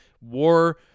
war